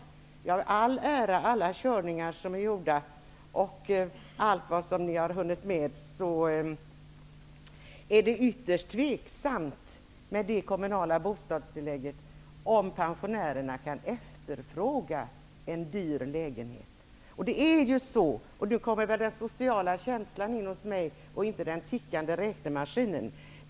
Det är ytterst tveksamt om pensionärerna kan efterfråga en dyr lägenhet med det kommunala bostadstillägget. Här kommer den sociala känslan in hos mig, och inte räknemaskinen.